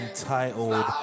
entitled